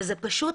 וזה פשוט,